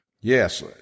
Yes